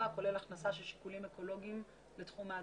כולל הכנסה של שיקולים אקולוגיים לתחום ההדברה.